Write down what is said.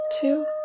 Two